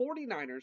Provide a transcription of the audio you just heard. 49ers